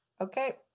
okay